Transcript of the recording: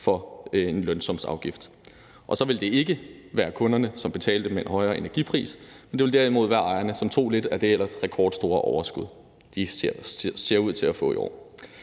for en lønsumsafgift, og så ville det ikke være kunderne, som betalte med en højere energipris, men det ville derimod være ejerne, som tog lidt af det ellers rekordstore overskud, de ser ud til at få i år.